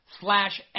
slash